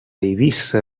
eivissa